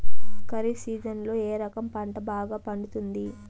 ఖరీఫ్ సీజన్లలో ఏ రకం పంట బాగా పండుతుంది